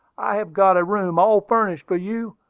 i have got a room all furnished for you,